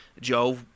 Joe